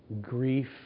grief